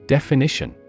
Definition